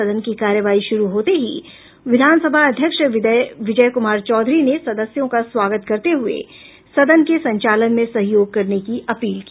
सदन की कार्यवाही शुरू होते ही विधानसभा अध्यक्ष विजय कुमार चौधरी ने सदस्यों का स्वागत करते हुए सदन के संचालन में सहयोग करने की अपील की